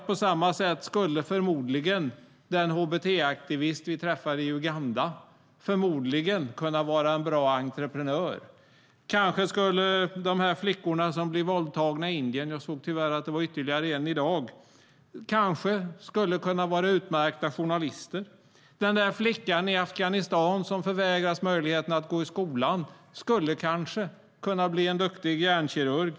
På samma sätt skulle förmodligen den hbt-aktivist som vi träffade i Uganda kunna vara en bra entreprenör. Kanske skulle flickorna som blir våldtagna i Indien - jag såg tyvärr att det var ytterligare en i dag - kunna vara utmärkta journalister. Den där flickan i Afghanistan, som förvägras möjligheten att gå i skolan, skulle kanske kunna bli en duktig hjärnkirurg.